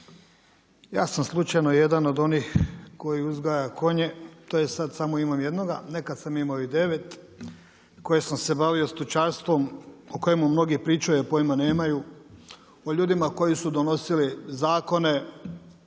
Ja sam slučajno jedan od onih koji uzgaja konje, tj. sad sada imam jednoga, nekada sam imao i 9 koje sam se bavio stočarstvom o kojemu mnogi pričaju, a pojma nemaju, o ljudima koji su donosili zakone